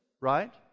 right